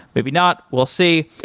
maybe not. we'll see.